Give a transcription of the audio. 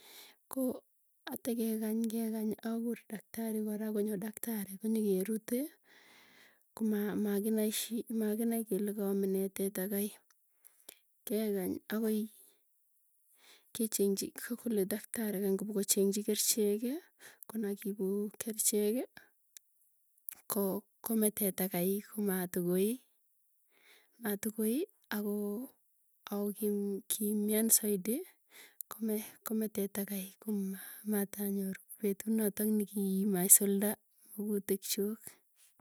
Koo atekekany kekany, akur daktari kora konyo daktari konyerruti, koma makinai shi makinai kele kaame nee teta kai. Kekany akoi kechwengchi kole daktari, kany kopokochengchi kericheki konakiipu kericheki kome teta kai komatokoi, matokoi ako, ako kimwan zaidi kome, kome teta kai. komaa matanyoru kopetut notok nikii maisulda makutik chuuk.